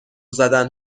زدن